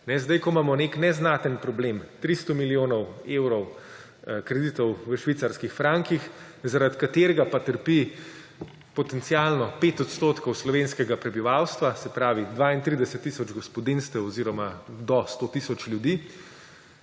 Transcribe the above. Zdaj, ko imamo nek neznaten problem, 300 milijonov evrov kreditov v švicarskih frankih, zaradi katerega pa trpi potencialno 5 odstotkov slovenskega prebivalstva, se pravi 32 tisoč gospodinjstev oziroma do 100 tisoč ljudi,